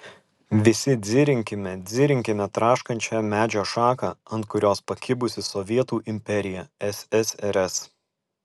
visi dzirinkime dzirinkime traškančią medžio šaką ant kurios pakibusi sovietų imperija ssrs